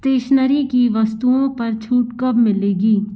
stationery की वस्तुओं पर छूट कब मिलेगी